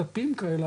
דפים כאלה,